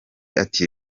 ati